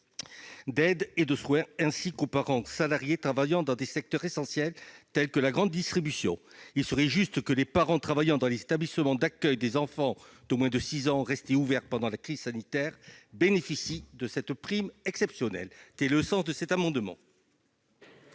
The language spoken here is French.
d'aide et de soins, ainsi qu'aux parents salariés travaillant dans des secteurs essentiels, tels que la grande distribution. Il serait juste que les personnes travaillant dans les établissements d'accueil des enfants de moins de 6 ans restés ouverts pendant la crise sanitaire bénéficient de cette prime exceptionnelle. Quel est l'avis de la commission